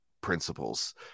principles